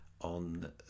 on